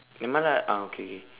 nevermind lah ah okay okay